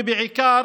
ובעיקר